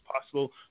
possible